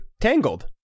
Tangled